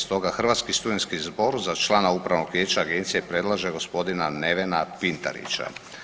Stoga Hrvatski studentski zbor za člana upravnog vijeća agencije predlaže gospodina Nevena Pitarića.